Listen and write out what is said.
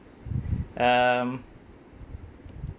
um